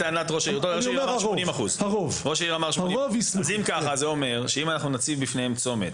טענת ראש העיר שאמר 80% זה אומר שאם אנחנו נציב בפניהם צומת,